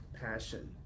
passion